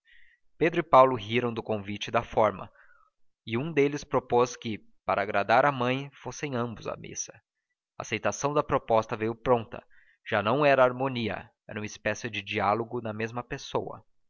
e paulo riram do convite e da forma e um deles propôs que para agradar à mãe fossem ambos à missa a aceitação da proposta veio pronta já não era harmonia era uma espécie de diálogo na mesma pessoa